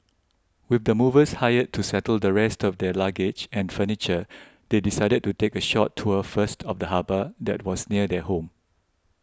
with the movers hired to settle the rest of their luggage and furniture they decided to take a short tour first of the harbour that was near their home